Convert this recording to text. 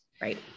right